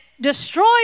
destroyed